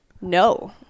no